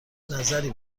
نظری